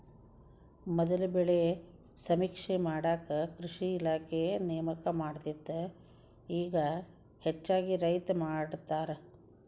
ಮೊದಲ ಬೆಳೆ ಸಮೇಕ್ಷೆ ಮಾಡಾಕ ಕೃಷಿ ಇಲಾಖೆ ನೇಮಕ ಮಾಡತ್ತಿತ್ತ ಇಗಾ ಹೆಚ್ಚಾಗಿ ರೈತ್ರ ಮಾಡತಾರ